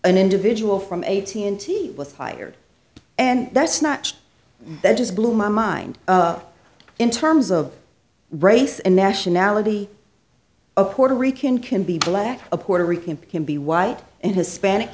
an individual from eighteen to leave was fired and that's not that just blew my mind in terms of race and nationality a puerto rican can be black a puerto rican can be white and hispanic